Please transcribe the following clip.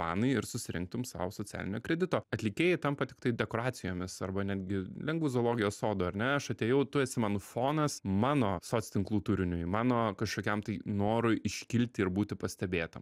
fanai ir susirinktum sau socialinio kredito atlikėjai tampa tiktai dekoracijomis arba netgi lengvu zoologijos sodu ar ne aš atėjau tu esi mano fonas mano soc tinklų turiniui mano kažkokiam tai norui iškilti ir būti pastebėtam